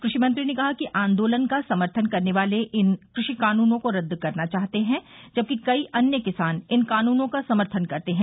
कृषि मंत्री ने कहा कि आंदोलन का समर्थन करने वाले इन कृषि कानूनों को रद्द करना चाहते हैं जबकि कई अन्य किसान इन कानूनों का समर्थन करते हैं